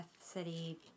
City